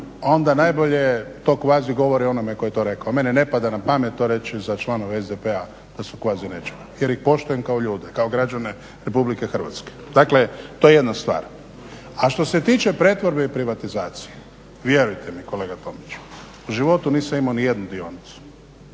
onda najbolje to kvazi govori o onome tko je to rekao, a meni ne pada na pamet to reći za članove SDP-a, da su kvazi nečega jer ih poštujem kao ljude, kao građane RH. Dakle, to je jedna stvar. A što se tiče pretvorbe i privatizacije, vjerujete mi kolega Tomiću, u životu nisam imao ni jednu dionicu,